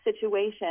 situation